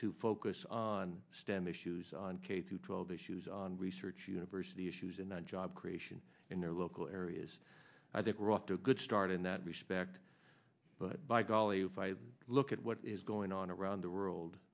to focus on stem issues on k through twelve issues on research university issues in one job creation in their local areas i think we're off to a good start in that respect but by golly if i look at what is going on around the world